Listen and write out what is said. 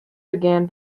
began